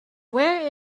where